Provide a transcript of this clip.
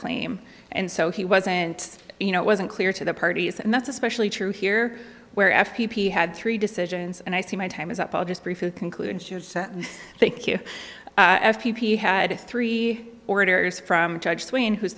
claim and so he wasn't you know it wasn't clear to the parties and that's especially true here where f p p had three decisions and i see my time is up i'll just briefly conclude and thank you p p had three orders from judge swain who's